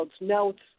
notes